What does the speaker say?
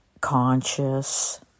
conscious